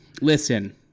Listen